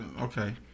okay